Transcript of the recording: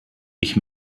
ich